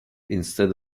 instead